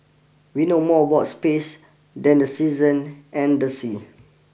we know more about space than the season and the sea